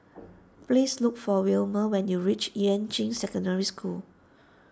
please look for Wilmer when you reach Yuan Ching Secondary School